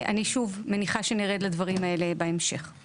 אני שוב מניחה שנרד לדברים האלה בהמשך.